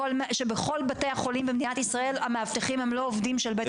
שבכל בתי החולים במדינת ישראל המאבטחים הם לא עובדים של בית החולים?